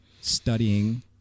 studying